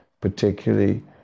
particularly